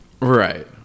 Right